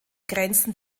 grenzen